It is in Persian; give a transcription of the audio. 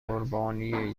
قربانی